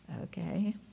Okay